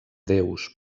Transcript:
déus